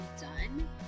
done